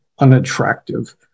unattractive